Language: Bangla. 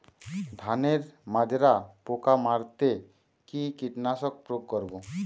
ধানের মাজরা পোকা মারতে কি কীটনাশক প্রয়োগ করব?